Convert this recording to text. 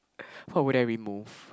what would I remove